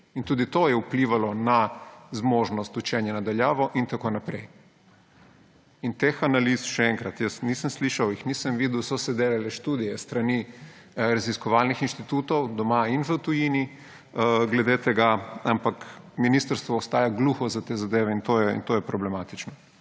Tudi to je vplivalo na zmožnost učenja na daljavo in tako naprej. Teh analiz, še enkrat, jaz nisem slišal, jih nisem videl. So se delale študije s strani raziskovalnih inštitutov doma in v tujini glede tega, ampak ministrstvo ostaja gluho za te zadeve in to je problematično.